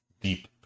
deep